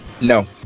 No